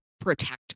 protect